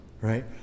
right